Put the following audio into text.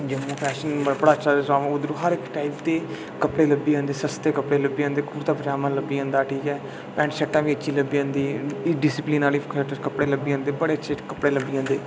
मतलब फैशन अपना अपना कल्चर गी जम्मू फैशन बड़ा अच्छा उद्धरूं हर इक टाइप दे कपड़े लब्भी जंदे सस्ते कपड़े लब्भी जंदे कुर्ता पजामा लब्भी जंदा ठीक ऐ पैंट शर्टां बा अच्छी लब्भी जंंदियां डिसिपलीन आह्ले कपड़े लब्भी जंदे बड़े अच्छे कपड़े लब्भी जंदे